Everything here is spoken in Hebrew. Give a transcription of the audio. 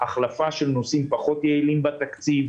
החלפה של נושאים פחות יעילים בתקציב,